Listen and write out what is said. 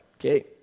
okay